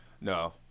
No